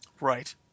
Right